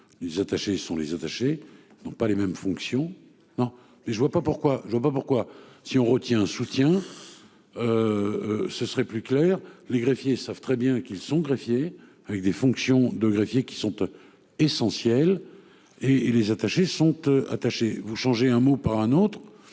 Les attacher sont les attacher n'ont pas les mêmes fonctions. Non mais je ne vois pas pourquoi je vois pas pourquoi si on retient soutien. Ce serait plus clair. Les greffiers savent très bien qu'ils sont greffiers avec des fonctions de greffier qui sont essentiels et et les attacher son attaché vous changer un mot par un autre.